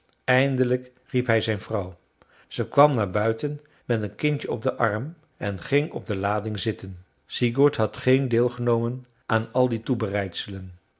eindelijk riep hij zijn vrouw ze kwam naar buiten met een kindje op den arm en ging op de lading zitten sigurd had geen deelgenomen aan al die toebereidselen